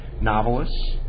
novelists